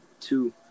two